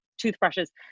toothbrushes